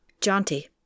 Jaunty